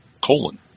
Colon